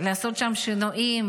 לעשות שם שינויים.